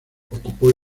ocupó